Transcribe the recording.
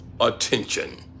attention